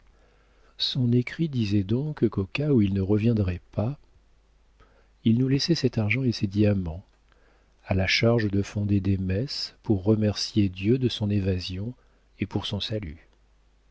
son écrit disait donc qu'au cas où il ne reviendrait pas il nous laissait cet argent et ces diamants à la charge de fonder des messes pour remercier dieu de son évasion et pour son salut